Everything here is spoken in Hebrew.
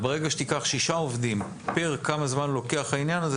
ברגע שתיקח שישה עובדים פר כמה זמן לוקח העניין הזה,